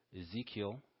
Ezekiel